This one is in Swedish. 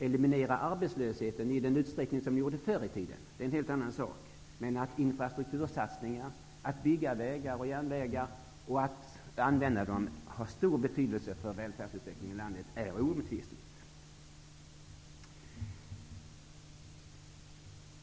eliminerar arbetslösheten i den utsträckning som de gjorde förr i tiden, är en helt annan sak. Men att infrastruktursatsningar -- att bygga vägar och järvägar och att använda dem -- har stor betydelse för välfärdsutvecklingen i landet är oomtvistligt.